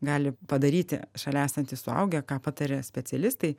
gali padaryti šalia esantys suaugę ką pataria specialistai